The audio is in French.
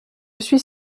suis